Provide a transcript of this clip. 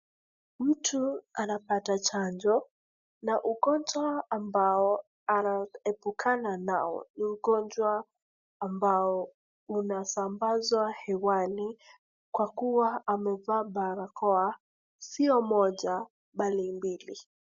Mtu anapata chanjo na ugonjwa ambao anaoepukana nao ni ugonjwa ambao unasambazwa hewani kwa kuwa amevaa barakoa sio moja bali mbili.